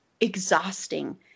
exhausting